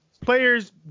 players